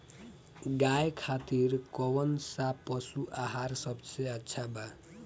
गाय खातिर कउन सा पशु आहार सबसे अच्छा बा?